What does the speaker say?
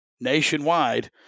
Nationwide